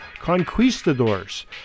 Conquistadors